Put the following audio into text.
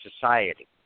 society